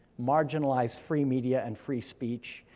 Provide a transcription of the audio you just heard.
marginalize free media and free speech,